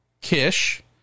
Kish